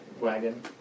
wagon